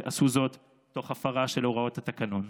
שעשו זאת תוך הפרה של הוראות התקנון.